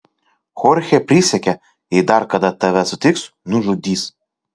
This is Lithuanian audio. chorchė prisiekė jei dar kada tave sutiks nužudys